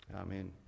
amen